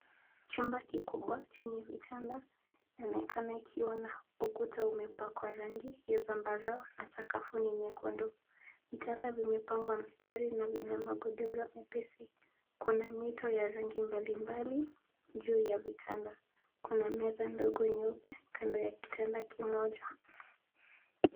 Chumba kikubwa chenye vitanda inaonekana ikiwa na ukuta umepakwa rangi ya zambarau na sakafu ni nyekundu. Vitanda vimepangwa mstari na vina magodoro mepesi. Kuna mito ya rangi mbalimbali juu ya vitanda. Kuna meza ndogo nyeupe kando ya kitanda kimoja.